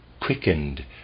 quickened